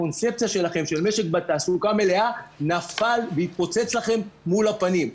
הקונספציה שלכם שהמשק בתעסוקה מלאה נפלה והתפוצצה לכם מול הפנים.